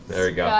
very good.